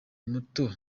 muto